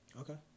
Okay